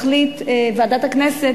תחליט ועדת הכנסת,